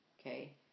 Okay